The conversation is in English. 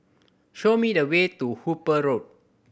show me the way to Hooper Road